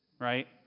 Right